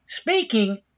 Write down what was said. speaking